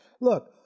Look